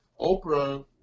Oprah